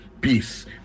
peace